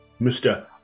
mr